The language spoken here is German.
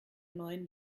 neuen